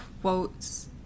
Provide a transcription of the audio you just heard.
quotes